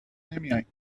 نمیایم